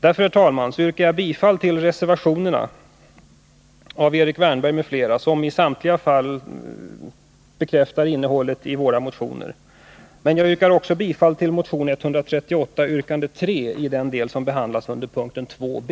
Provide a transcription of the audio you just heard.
Därför, herr talman, yrkar jag bifall till reservationerna av Erik Wärnberg m.fl., som i samtliga fall bekräftar innehållet i våra motioner. Men jag yrkar också bifall till motion 138 yrkande 3 i den del som behandlas under punkt 2 b.